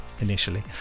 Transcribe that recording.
initially